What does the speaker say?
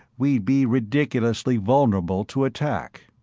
we'd be ridiculously vulnerable to attack.